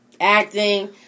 Acting